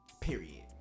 Period